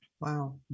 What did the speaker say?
Wow